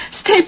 Stay